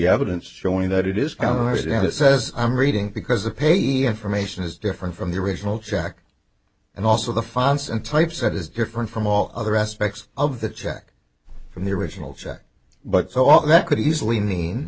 evidence showing that it is counted and it says i'm reading because the paper information is different from the original check and also the fonts and type set is different from all other aspects of the check from the original check but so on that could easily mean